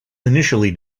initially